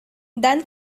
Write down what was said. than